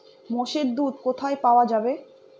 মোষের দুধ কোথায় পাওয়া যাবে?